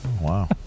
Wow